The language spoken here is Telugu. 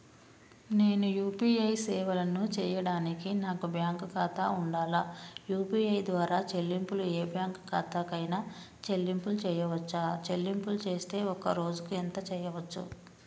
నేను యూ.పీ.ఐ సేవలను చేయడానికి నాకు బ్యాంక్ ఖాతా ఉండాలా? యూ.పీ.ఐ ద్వారా చెల్లింపులు ఏ బ్యాంక్ ఖాతా కైనా చెల్లింపులు చేయవచ్చా? చెల్లింపులు చేస్తే ఒక్క రోజుకు ఎంత చేయవచ్చు?